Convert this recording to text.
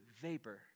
vapor